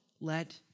let